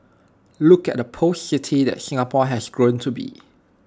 look at the post city that Singapore had grown to be